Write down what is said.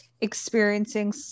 experiencing